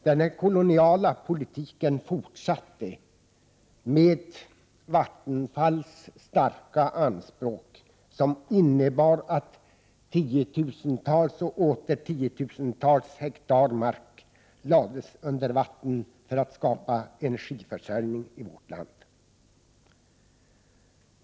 Denna koloniala politik fortsatte med Vattenfalls stora anspråk som innebar att tiotusentals och åter tiotusentals hektar mark lades under vatten för att det skulle skapas energiförsörjning i vårt land.